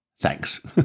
Thanks